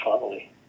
family